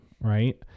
right